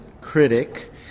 critic